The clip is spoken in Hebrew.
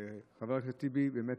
חבר הכנסת טיבי העלה